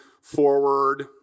forward